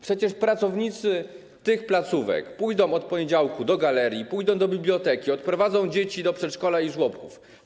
Przecież pracownicy tych placówek pójdą od poniedziałku do galerii, pójdą do biblioteki, odprowadzą dzieci do przedszkola i żłobków.